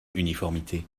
uniformité